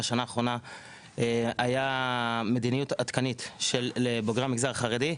בשנה האחרונה היה מדיניות עדכנית לבוגרי המגזר החרדי,